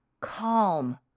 calm